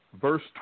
Verse